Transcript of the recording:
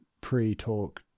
pre-talk